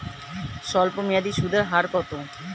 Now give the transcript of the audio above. স্বল্পমেয়াদী সুদের হার কত?